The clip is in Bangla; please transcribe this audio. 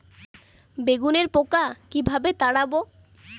বেগুনের পোকা কিভাবে তাড়াব?